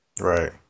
right